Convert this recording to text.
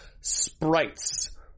sprites